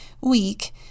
weak